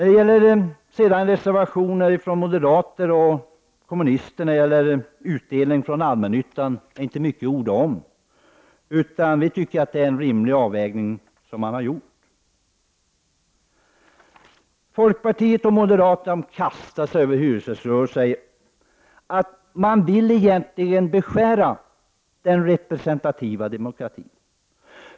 Det finns reservationer från moderater och kommunister när det gäller aktieutdelningen från allmännyttan. Det är inte mycket att orda om. Vi tycker att det har gjorts en rimlig avvägning. Folkpartister och moderater kastar sig över hyresgäströrelsen och säger att vi vill beskära den representativa demokratin.